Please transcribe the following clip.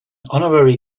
honorary